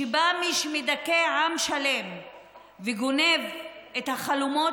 שבה מי שמדכא עם שלם וגונב את החלומות